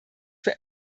für